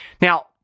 Now